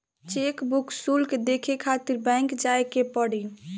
chequebook शुल्क देखे खातिर बैंक जाए के पड़ी